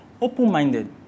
Open-minded